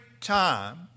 time